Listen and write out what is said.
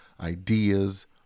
ideas